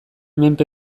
menpe